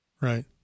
Right